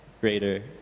greater